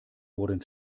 wurden